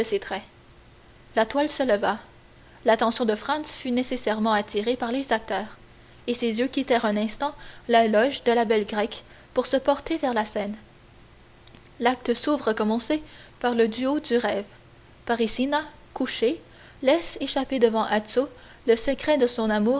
la toile se leva l'attention de franz fut nécessairement attirée par les acteurs et ses yeux quittèrent un instant la loge de la belle grecque pour se porter vers la scène l'acte s'ouvre comme on sait par le duo du rêve parisina couchée laisse échapper devant azzo le secret de son amour